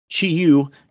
Chi-Yu